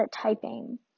typing